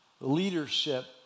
leadership